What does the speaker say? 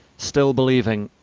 still believing.